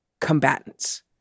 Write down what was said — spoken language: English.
combatants